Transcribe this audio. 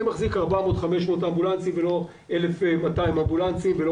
מחזיק 400 600 אמבולנסים ולא 1,200 אמבולנסים ולא